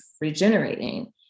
regenerating